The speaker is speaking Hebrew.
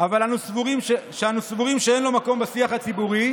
שאנו סבורים שאין לו מקום בשיח הציבורי.